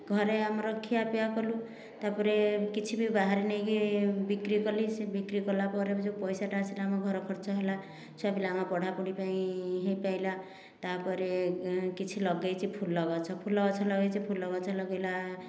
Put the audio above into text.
ଘରେ ଆମର ଖିଆ ପିଆ କଲୁ ତାପରେ କିଛି ବି ବାହାରେ ନେଇକି ବିକ୍ରି କଲି ସେ ବିକ୍ରି କଲା ପରେ ଯେଉଁ ପଇସାଟା ଆସିଲା ଆମ ଘର ଖର୍ଚ୍ଚ ହେଲା ଛୁଆ ପିଲାଙ୍କ ପଢ଼ାପଢି ପାଇଁ ହୋଇ ପାରିଲା ତାପରେ କିଛି ଲଗାଇଛି ଫୁଲ ଗଛ ଫୁଲ ଗଛ ଲଗାଇଛି ଫୁଲ ଗଛ ଲଗାଇଲା